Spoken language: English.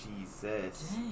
Jesus